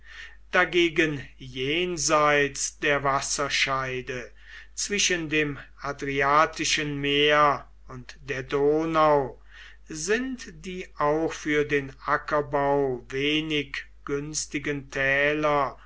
dagegen jenseits der wasserscheide zwischen dem adriatischen meer und der donau sind die auch für den ackerbau wenig günstigen täler